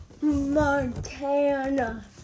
Montana